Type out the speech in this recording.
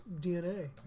DNA